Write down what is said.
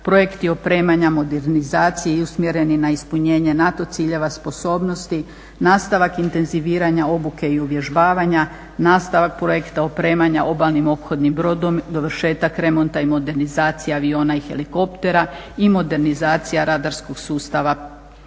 projekti opremanja, modernizacije i umjereni na ispunjenje NATO ciljeva sposobnosti, nastavak intenziviranja obuke i uvježbavanja, nastavak projekta opremanja obalnim ophodnim brodom, dovršetak remonta i modernizacije aviona i helikoptera i modernizacija radarskog sustava